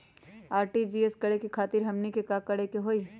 RTGS करे खातीर हमनी के का करे के हो ई?